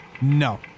No